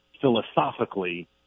philosophically